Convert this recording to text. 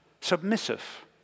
submissive